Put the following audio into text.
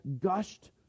gushed